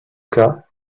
cas